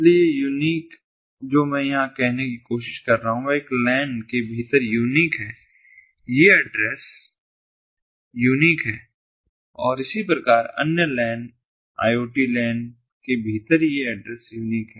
इसलिए यूनीक जो मैं यहां कहने की कोशिश कर रहा हूं वह एक विशेष LAN के भीतर यूनीक है ये एड्रेस यूनीक हैं और इसी प्रकार एक अन्य LAN IoT LAN के भीतर ये एड्रेस यूनीक हैं